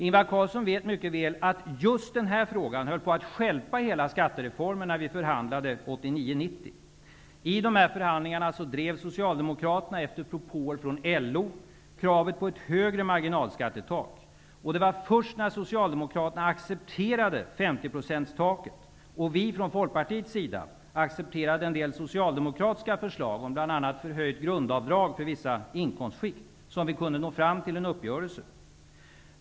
Ingvar Carlsson vet mycket väl att just denna fråga höll på att stjälpa hela skattereformen när vi förhandlade 1989--1990. I dessa förhandlingar drev Socialdemokraterna, efter propåer från LO, kravet på ett högre marginalskattetak. Det var först när Socialdemokraterna accepterade 50-procentstaket, och vi från Folkpartiets sida accepterade vissa socialdemokratiska förslag om bl.a. förhöjt grundavdrag för vissa inkomstskikt, som man kunde nå fram till en uppgörelse.